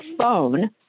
phone